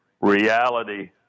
Reality